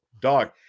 Dog